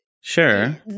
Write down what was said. Sure